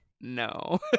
no